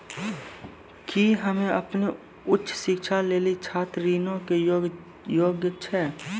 कि हम्मे अपनो उच्च शिक्षा लेली छात्र ऋणो के योग्य छियै?